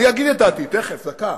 אני אגיד את דעתי, תיכף, דקה.